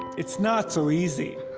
it's not so easy.